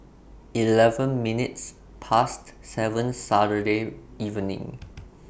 eleven minutes Past seven Saturday evening